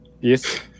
Yes